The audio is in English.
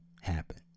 happen